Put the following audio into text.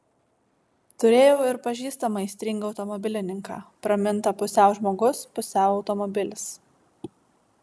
turėjau ir pažįstamą aistringą automobilininką pramintą pusiau žmogus pusiau automobilis